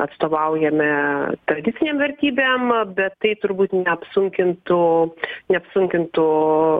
atstovaujame tradicinėm vertybėm bet tai turbūt neapsunkintų neapsunkintų